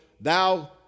thou